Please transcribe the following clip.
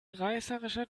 reißerischer